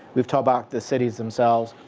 we've talked about the cities themselves.